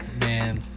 Man